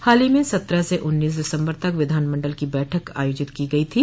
हाल ही में सत्रह से उन्नीस दिसम्बर तक विधान मंडल की बैठक आयोजित की गयी थी